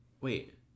Wait